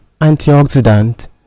antioxidant